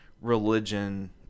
religion